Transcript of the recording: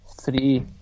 three